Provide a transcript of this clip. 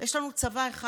יש לנו צבא אחד.